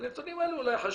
הנתונים האלה אולי חשובים,